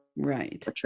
Right